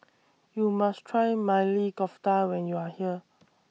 YOU must Try Maili Kofta when YOU Are here